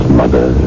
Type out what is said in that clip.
mother